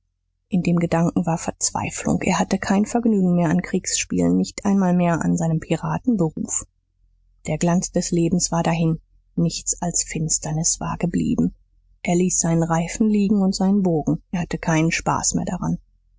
in dem gedanken war verzweiflung er hatte kein vergnügen mehr am kriegspielen nicht einmal mehr an seinem piraten beruf der glanz des lebens war dahin nichts als finsternis war geblieben er ließ seinen reifen liegen und seinen bogen er hatte keinen spaß mehr daran